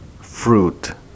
fruit